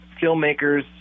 filmmakers